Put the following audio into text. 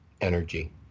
energy